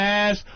ass